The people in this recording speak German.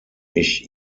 ich